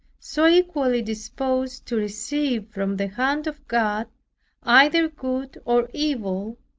so equally disposed to receive from the hand of god either good or evil,